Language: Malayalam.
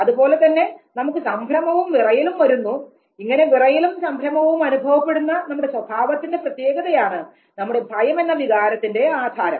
അതുപോലെതന്നെ നമുക്ക് സംഭ്രമവും വിറയലും വരുന്നു ഇങ്ങനെ വിറയലും സംഭ്രമവും അനുഭവപ്പെടുന്ന നമ്മുടെ സ്വഭാവത്തിന്റെ പ്രത്യേകതയാണ് നമ്മുടെ ഭയം എന്ന വികാരത്തിന് ആധാരം